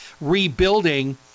rebuilding